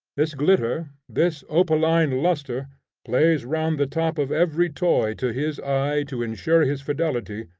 this glitter, this opaline lustre plays round the top of every toy to his eye to insure his fidelity,